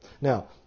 Now